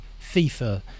FIFA